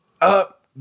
up